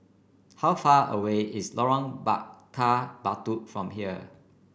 how far away is Lorong Bakar Batu from here